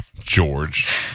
George